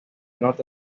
norte